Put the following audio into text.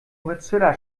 mozilla